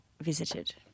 visited